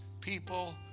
people